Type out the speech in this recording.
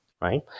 right